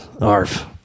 Arf